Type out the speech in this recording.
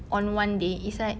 on one day it's like